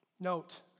Note